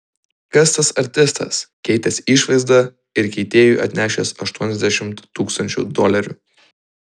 kas tas artistas keitęs išvaizdą ir keitėjui atnešęs aštuoniasdešimt tūkstančių dolerių